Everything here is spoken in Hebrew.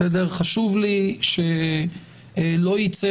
חשוב לי שלא ייצא,